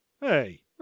Hey